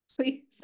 Please